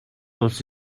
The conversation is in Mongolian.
улс